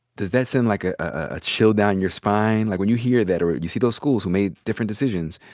does that send, like, a ah chill down your spine? like, when you hear that or you see those schools who made different decisions,